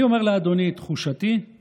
אני אומר לאדוני שתחושתי היא